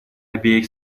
обеих